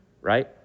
Right